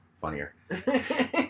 funnier